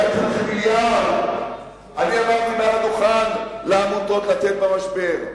היה צריך לתת מיליארד לעמותות במשבר,